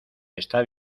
está